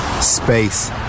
space